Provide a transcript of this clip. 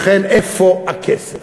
לכן, איפה הכסף?